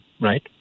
right